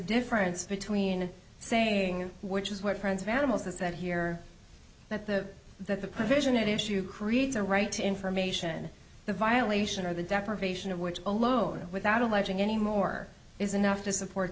difference between saying which is what friends of animals has said here that the that the provision that issue creates a right to information the violation or the deprivation of which alone without alleging any more is enough to support